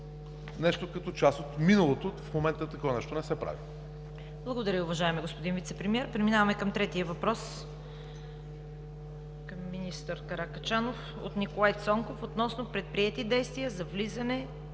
нещо като част от миналото. В момента такова нещо не се прави.